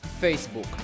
Facebook